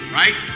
right